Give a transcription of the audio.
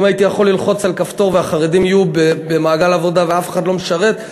אם הייתי יכול ללחוץ על כפתור והחרדים היו במעגל עבודה ואף אחד לא משרת,